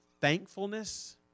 thankfulness